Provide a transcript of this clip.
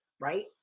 right